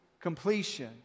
completion